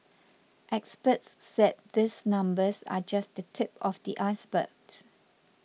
experts said these numbers are just the tip of the ice birds